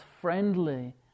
friendly